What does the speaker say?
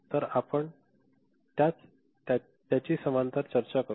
तर आपण तत्याची समांतर चर्चा करू